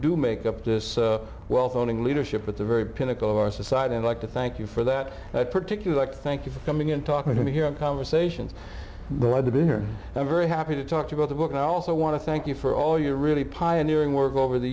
do make up the wealth owning leadership at the very pinnacle of our society and like to thank you for that particular thank you for coming and talking to me here in conversation rather there i'm very happy to talk about the book and i also want to thank you for all your really pioneering work over the